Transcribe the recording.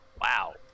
Wow